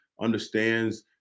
understands